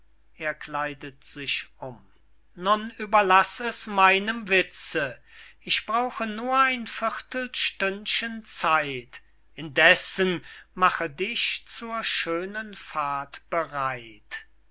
um nun überlaß es meinem witze ich brauche nur ein viertelstündchen zeit indessen mache dich zur schönen fahrt bereit